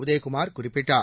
உதயகுமார் குறிப்பிட்டார்